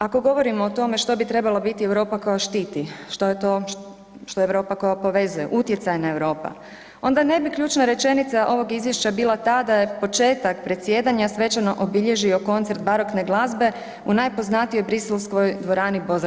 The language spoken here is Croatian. Ako govorimo o tome što bi trebala biti Europa koja štiti, što je to što je Europa koja povezuje, utjecajna Europa, onda ne bi ključna rečenica ovog izvješća bila ta da je početak predsjedanja svečano obilježio koncert barokne glazbe u najpoznatijoj briselskoj dvorani Bozer.